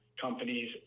companies